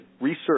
research